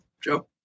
Joe